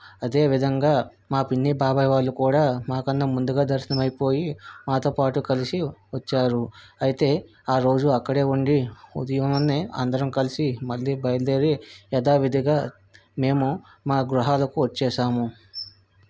అదేవిధంగా మా పిన్నీ బాబాయ్ వాళ్ళు కూడా మా కన్నా ముందుగా దర్శనం అయిపోయి మాతో పాటు కలిసి వచ్చారు అయితే ఆరోజు అక్కడే ఉండి ఉదయాన్నే అందరం కలిసి మళ్ళీ బయలుదేరి ఏదో యధావిధిగా మేము మా గృహాలకు వచ్చేసాము